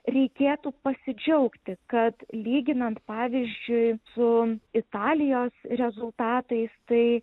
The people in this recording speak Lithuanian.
reikėtų pasidžiaugti kad lyginant pavyzdžiui su italijos rezultatais tai